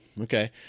Okay